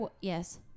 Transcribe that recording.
yes